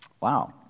Wow